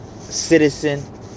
Citizen